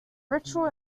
ritual